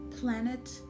planet